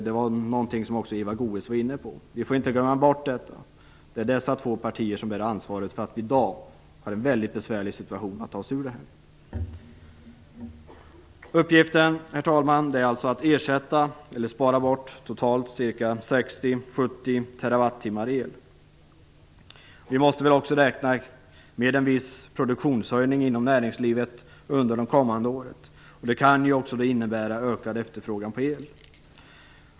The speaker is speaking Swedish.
Det var också Eva Goës inne på. Vi får inte glömma bort att dessa två partier bär ansvaret för att vi i dag har en väldigt besvärlig situation att ta oss ur. Herr talman! Uppgiften är alltså att ersätta eller spara bort totalt 60-70 TWh el. Vi måste väl också räkna med en viss produktionshöjning inom näringslivet under det kommande året, och det kan också innebära ökad efterfrågan på el.